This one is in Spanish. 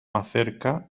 acerca